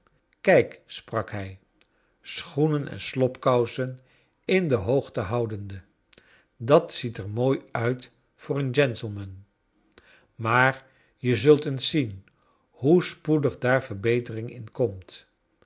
kijk sprak hij schoenen en slobkousen in de hoogte houdende dat ziet er mooi uit voor een gentleman maar je zult eens zien hoe spoedig daar verbetering in